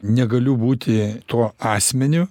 negaliu būti tuo asmeniu